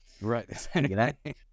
right